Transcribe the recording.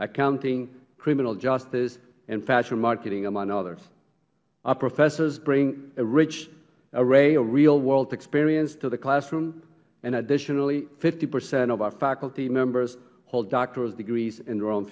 accounting criminal justice and fashion marketing among others our professors bring a rich array of real world experience to the classroom and additionally fifty percent of our faculty members hold doctoral degrees in